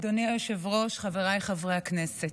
אדוני היושב-ראש, חבריי חברי הכנסת,